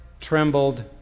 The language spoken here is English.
trembled